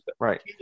Right